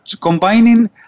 combining